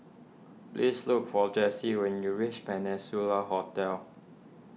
please look for Jessi when you reach Peninsula Hotel